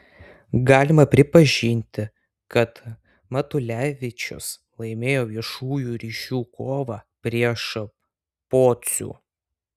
galima pripažinti kad matulevičius laimėjo viešųjų ryšių kovą prieš pocių